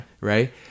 right